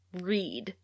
read